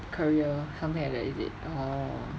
career something like that is it orh